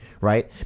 right